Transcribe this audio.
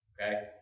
Okay